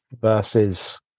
versus